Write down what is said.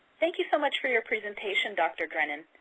thank you so much for your presentation, dr. drennen.